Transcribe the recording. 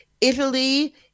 Italy